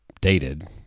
dated